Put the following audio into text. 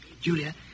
Julia